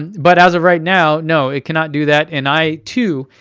but as of right now, no, it cannot do that. and i, too,